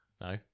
No